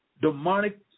demonic